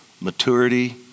maturity